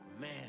Man